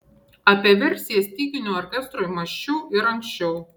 apie versiją styginių orkestrui mąsčiau ir anksčiau